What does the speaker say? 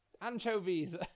anchovies